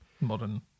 Modern